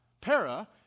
para